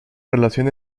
relación